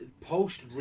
post